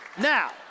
Now